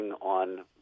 on